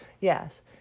Yes